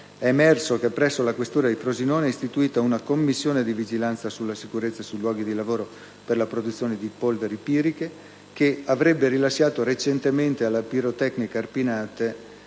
è emerso che presso la questura di Frosinone è istituita una commissione di vigilanza sulla sicurezza sui luoghi di lavoro per la produzione di polveri piriche, che avrebbe rilasciato recentemente alla Pirotecnica Arpinate